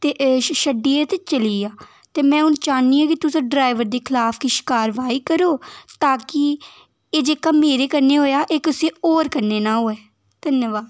ते छड्डियै चली आ ते हू'न में चाह्न्नी आं की तुस ड्राईबर दे खलाफ किश कारवाई करो ताकी एह् जेह्ड़ा मेरे कन्नै होआ एह् होर कुसै कन्नै नेईं होऐ